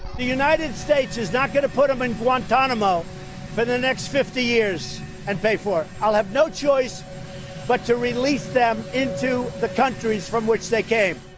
the united states is not going to put them in guantanamo for the next fifty years and pay for it. i'll have no choice but to release them into the countries from which they came.